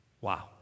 Wow